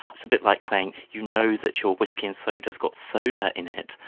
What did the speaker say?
it's a bit like saying you know that your whisky and soda's got soda in it,